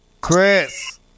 Chris